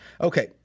Okay